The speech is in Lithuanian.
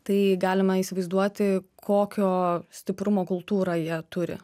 tai galima įsivaizduoti kokio stiprumo kultūrą jie turi